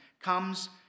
comes